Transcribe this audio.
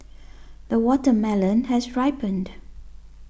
the watermelon has ripened